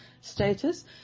status